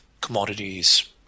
commodities